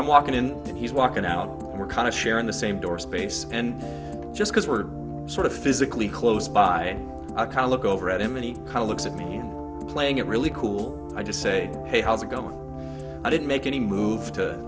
i'm walking in and he's walking out we're kind of sharing the same door space and just because we're sort of physically close by a cow look over at him many colleagues and me playing it really cool i just say hey how's it going i didn't make any move to